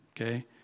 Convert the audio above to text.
okay